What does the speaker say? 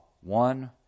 one